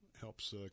helps